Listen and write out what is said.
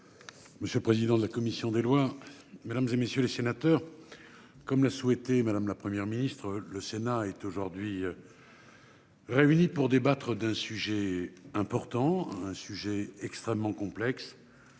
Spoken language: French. Monsieur le président de la commission des lois, mesdames et messieurs les sénateurs. Comme l'a souhaité madame la Première ministre. Le Sénat est aujourd'hui.-- Réunis pour débattre d'un sujet important. Un sujet extrêmement complexe.